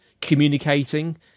communicating